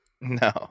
no